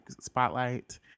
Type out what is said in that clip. spotlight